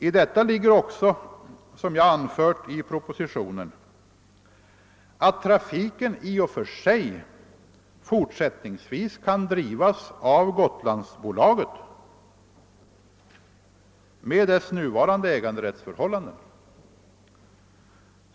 I detta ligger också, som jag anfört i propositionen, att trafiken i och för sig fortsättningsvis kan drivas av Gotlandsbolaget med dess nuvarande ägande rättsförhållande.